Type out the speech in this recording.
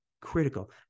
critical